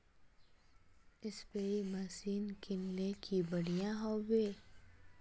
Spray machine किनले की बढ़िया होबवे?